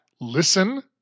listen